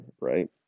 right